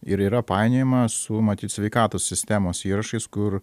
ir yra painiojama su matyt sveikatos sistemos įrašais kur